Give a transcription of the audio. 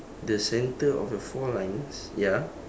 the centre of the four lines ya